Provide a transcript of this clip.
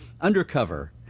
Undercover